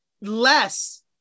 Less